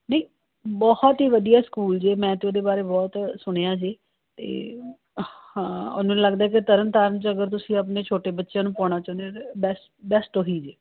ਨਹੀਂ ਬਹੁਤ ਹੀ ਵਧੀਆ ਸਕੂਲ ਜੇ ਮੈਂ ਤਾਂ ਉਹਦੇ ਬਾਰੇ ਬਹੁਤ ਸੁਣਿਆ ਜੀ ਅਤੇ ਹਾਂ ਉਹਨੂੰ ਲੱਗਦਾ ਕਿ ਤਰਨ ਤਾਰਨ 'ਚ ਅਗਰ ਤੁਸੀਂ ਆਪਣੇ ਛੋਟੇ ਬੱਚਿਆਂ ਨੂੰ ਪਾਉਣਾ ਚਾਹੁੰਦੇ ਹੋ ਤਾਂ ਬੈਸਟ ਬੈਸਟ ਉਹ ਹੀ ਜੇ